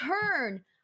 turn